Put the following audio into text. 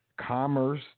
commerce